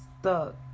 stuck